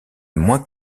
moins